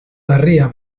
larria